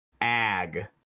ag